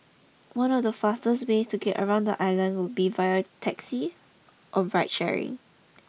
one of the faster ways to get around the island would be via taxi or ride sharing